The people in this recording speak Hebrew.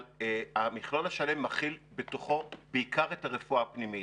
אבל המכלול השלם מכיל בתוכו בעיקר את הרפואה הפנימית.